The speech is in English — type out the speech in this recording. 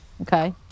Okay